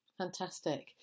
fantastic